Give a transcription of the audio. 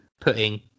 putting